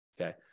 okay